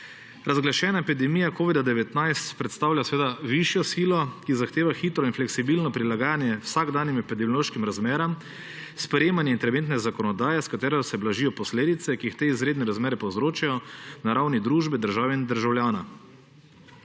Razglašena epidemija covida-19 seveda predstavlja višjo silo, ki zahteva hitro in fleksibilno prilagajanje vsakdanjim epidemiološkim razmeram, sprejemanje interventne zakonodaje, s katero se blažijo posledice, ki jih te izredne razmere povzročijo na ravni družbe, države in državljana.